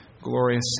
glorious